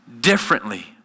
differently